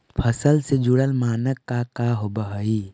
फसल से जुड़ल मानक का का होव हइ?